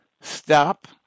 Stop